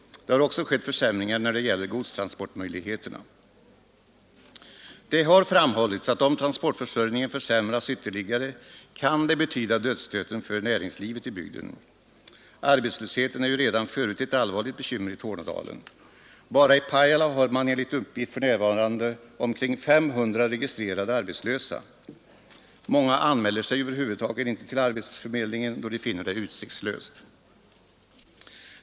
Det har också skett försämringar när det gäller godstransportmöjligheterna. Det har framhållits att om transportförsörjningen försämras ytterligare, kan det betyda dödsstöten för näringslivet i bygden. Arbetslösheten är ju redan förut ett allvarligt bekymmer i Tornedalen. Bara i Pajala har man enligt uppgift för närvarande omkring 500 registrerade arbetslösa. Många anmäler sig över huvud taget inte till arbetsförmedlingen, då de finner det utsiktslöst.